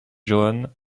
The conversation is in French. johan